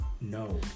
No